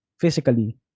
physically